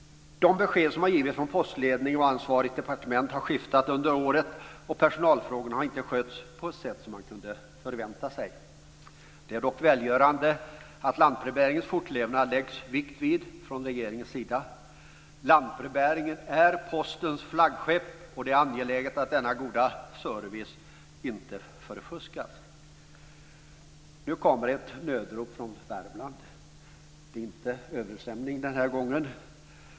De besked som har givits från postledning och ansvarigt departement har skiftat under året, och personalfrågorna har inte skötts på ett sätt som man har kunnat förvänta sig. Det är dock välgörande att regeringen lägger vikt vid lantbrevbäringens fortlevnad. Lantbrevbäringen är postens flaggskepp, och det är angeläget att denna goda service inte förfuskas. Nu har det kommit ett nödrop från Värmland, men det rör sig inte om översvämning den här gången.